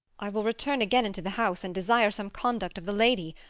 i will return again into the house and desire some conduct of the lady.